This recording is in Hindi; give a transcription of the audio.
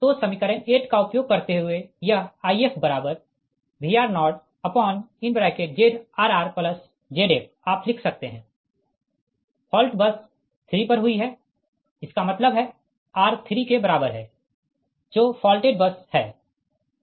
तो समीकरण 8 का उपयोग करते हुए यह IfVr0ZrrZf आप लिख सकते हैफॉल्ट बस 3 पर हुई है इसका मतलब है r 3 के बराबर है जो फॉल्टेड बस है